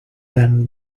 then